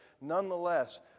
nonetheless